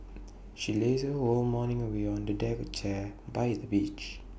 she lazed her whole morning away on A deck chair by the beach